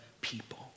people